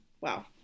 Wow